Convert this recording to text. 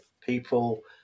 people